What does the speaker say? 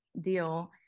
deal